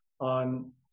on